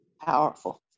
Powerful